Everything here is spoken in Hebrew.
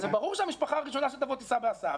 זה ברור שהמשפחה הראשונה שתבוא תיסע בהסעה,